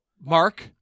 Mark